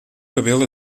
cabelo